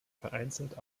vereinzelt